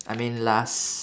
I mean last